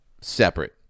separate